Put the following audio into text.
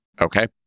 Okay